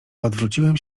odwróciłem